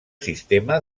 sistema